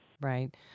Right